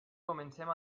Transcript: comencem